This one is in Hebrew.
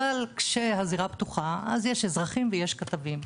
אבל כשהזירה פתוחה, אז יש אזרחים ויש כתבים.